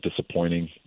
disappointing